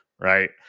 right